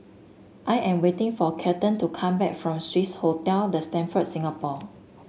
I am waiting for Kelton to come back from Swiss Hotel The Stamford Singapore